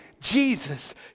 Jesus